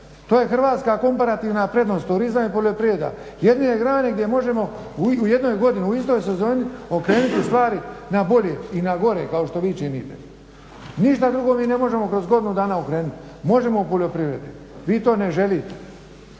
To je hrvatska komparativna prednost. Turizam i poljoprivreda, jedine grane gdje možemo u jednoj godini, u istoj sezoni okrenuti stvari na bolje i na gore kao što vi činite. Ništa drugo mi ne možemo kroz godinu dana okrenuti. Možemo u poljoprivredi, vi to ne želite.